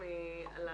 אגב,